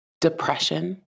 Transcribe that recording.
depression